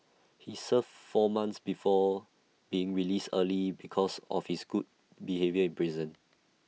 he serve four months before being released early because of his good behaviour in prison